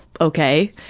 okay